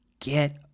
get